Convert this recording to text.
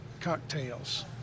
cocktails